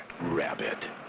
rabbit